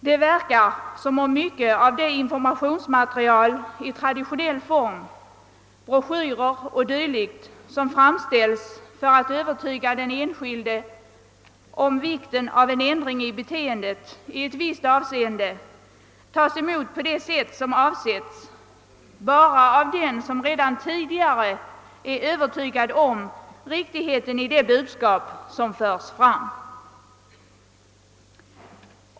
Det verkar som om mycket av det informationsmaterial i traditionell form — broschyrer och dylikt — som framställs för att övertyga den enskilde om vikten av en ändring i beteendet i ett visst avseende tas emot på ett sätt som avsetts bara av den som tidigare är övertygad om riktigheten i det budskap som förs fram.